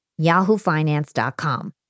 yahoofinance.com